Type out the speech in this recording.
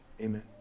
Amen